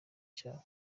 cyabo